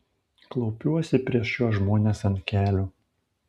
klaupiuosi prieš šiuos žmones ant kelių